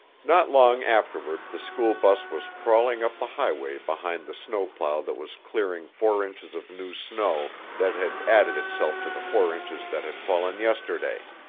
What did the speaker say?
not long afterward the school bus was crawling up the highway behind the snowplow that was clearing four inches of new snow that had added itself to the four inches that had fallen yesterday.